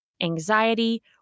anxiety